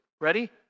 Ready